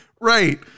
Right